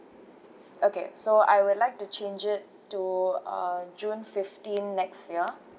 okay so I would like to change it to uh june fifteen next year